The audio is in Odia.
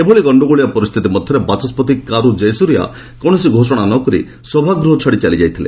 ଏଭଳି ଗଣ୍ଡଗୋଳିଆ ପରିସ୍ଥିତି ମଧ୍ୟରେ ବାଚସ୍କତି କରୁ କୟସୁରୀୟା କୌଣସି ଘୋଷଣା ନକରି ସଭାଗୂହ ଛାଡି ଚାଲିଯାଇଥିଲେ